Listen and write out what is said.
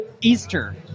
Easter